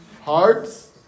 hearts